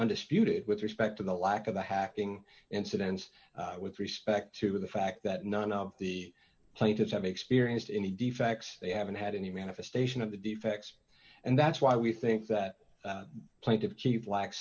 undisputed with respect to the lack of the hacking incidents with respect to the fact that none of the plaintiffs have experienced any defect they haven't had any manifestation of the defects and that's why we think that plenty of chief lack